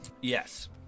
Yes